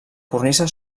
cornisa